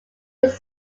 was